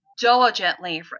diligently